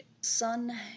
sun